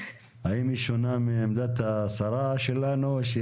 האם היא שונה מעמדת השרה שלנו?